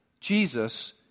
Jesus